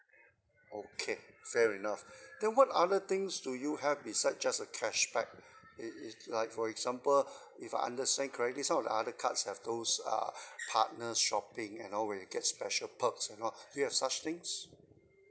okay fair enough then what other things do you have beside just a cashback it it like for example if I understand correctly some of the other cards have those uh partners shopping you know when you get special perks or not do you have such things